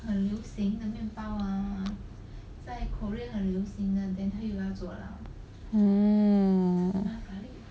oh